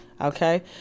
Okay